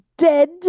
dead